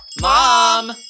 Mom